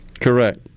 Correct